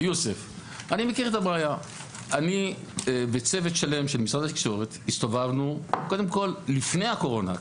אני וצוות שלם של משרד התקשורת הסתובבנו קודם כל לפני הקורונה,